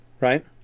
right